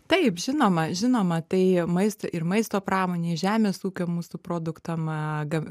taip žinoma žinoma tai maisto ir maisto pramonei žemės ūkio mūsų produktam